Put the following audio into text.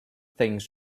things